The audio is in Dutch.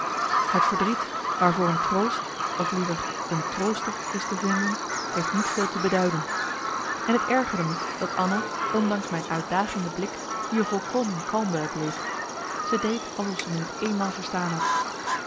het verdriet waarvoor een troost of liever een trooster is te vinden heeft niet veel te beduiden en het ergerde me dat anna ondanks mijn uitdagende blik hier volkomen kalm bij bleef zij deed alsof ze me niet eenmaal verstaan had